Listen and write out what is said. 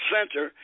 Center